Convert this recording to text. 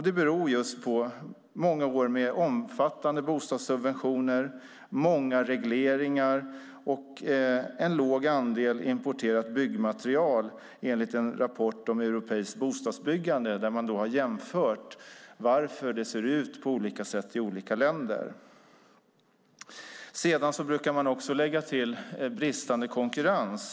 Det beror just på många år med omfattande bostadssubventioner, många regleringar och en låg andel importerat byggmaterial enligt en rapport om europeiskt bostadsbyggande där man har jämfört varför det ser ut på olika sätt i olika länder. Sedan brukar man också lägga till bristande konkurrens.